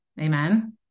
Amen